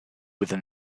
within